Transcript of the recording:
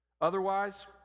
Otherwise